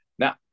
Now